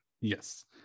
Yes